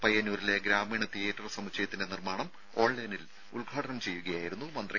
പയ്യന്നൂരിലെ ഗ്രാമീണ തിയറ്റർ സമുച്ചയത്തിന്റെ നിർമ്മാണം ഓൺലൈനിൽ ഉദ്ഘാടനം ചെയ്യുകയായിരുന്നു മന്ത്രി